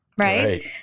Right